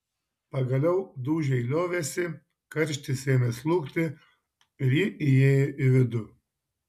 pagaliau dūžiai liovėsi karštis ėmė slūgti ir ji įėjo į vidų